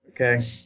Okay